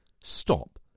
stop